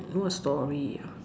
what story ah